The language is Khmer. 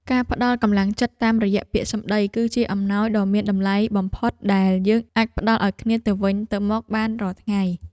ការផ្ដល់កម្លាំងចិត្តតាមរយៈពាក្យសម្តី គឺជាអំណោយដ៏មានតម្លៃបំផុតដែលយើងអាចផ្ដល់ឱ្យគ្នាទៅវិញទៅមកបានរាល់ថ្ងៃ។